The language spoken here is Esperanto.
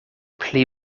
pli